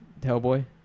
Hellboy